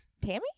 Tammy